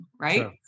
right